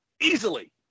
easily